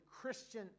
Christian